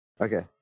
Okay